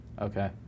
Okay